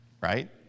right